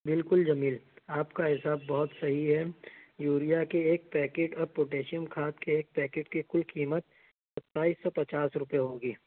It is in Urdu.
بالکل جمیل آپ کا حساب بہت صحیح ہے یوریا کےایک پیکٹ اور پوٹیشیم کھاد کے ایک پیکٹ کی کل قیمت ستائیس سو پچاس روپے ہوگی